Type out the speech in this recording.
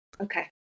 okay